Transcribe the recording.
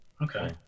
Okay